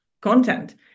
content